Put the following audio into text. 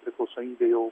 priklausomybė jau